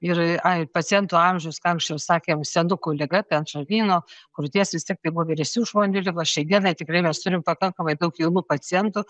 ir ai ir pacientų amžius ką anksčiau sakėm senukų liga žarnyno krūties vis tiek tai buvo vyresnių žmonių ligos šiai dienai tikrai mes turim pakankamai daug jaunų pacientų